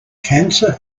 cancer